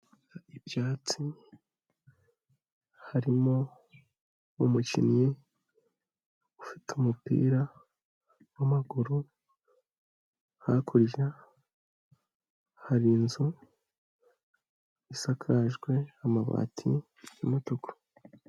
Ibyatsi harimo umukinnyi ufite umupira w'amaguru. Hakurya hari inzu isakajwe amabati y'umutuku.